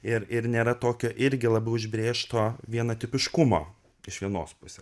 ir ir nėra tokio irgi labiau užbrėžto vieno tipiškumo iš vienos pusės